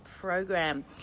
program